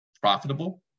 profitable